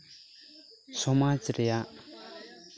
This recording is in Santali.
ᱥᱚᱢᱟᱡᱽ ᱨᱮᱭᱟᱜ